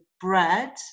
bread